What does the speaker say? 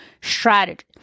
strategy